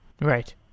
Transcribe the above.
Right